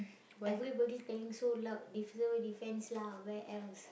everybody yelling so loud def~ Civil-Defence lah where else